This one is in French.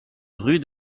rue